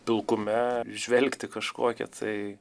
pilkume įžvelgti kažkokią tai